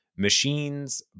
machines